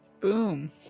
Boom